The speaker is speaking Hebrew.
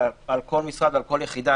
אלא על כל משרד ועל כל יחידה,